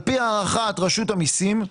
על פי הערכת רשות המיסים,